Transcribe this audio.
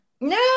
No